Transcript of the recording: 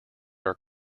are